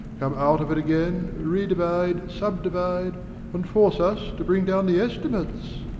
come out of it again, redivide, subdivide and force us to bring down the estimates.